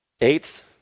Eighth